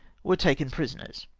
were taken prisoners!